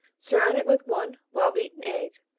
surround it with one well-beaten egg,